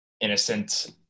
innocent